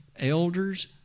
elders